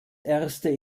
erste